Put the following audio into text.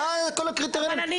מה זה כל הקריטריונים האלה?